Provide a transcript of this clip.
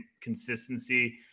consistency